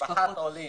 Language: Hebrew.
משפחת עולים